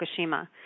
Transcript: fukushima